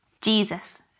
Jesus